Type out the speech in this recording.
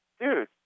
Dude